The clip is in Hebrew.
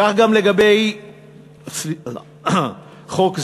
כך גם לגבי חוק זה,